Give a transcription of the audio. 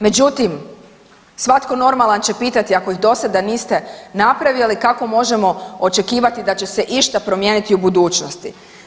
Međutim, svatko normalan će pitati, ako ih do sada niste napravili, kako možemo očekivati da će se išta promijeniti u budućnosti?